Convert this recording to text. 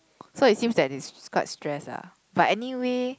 so it seems that it's quite stress lah but anyway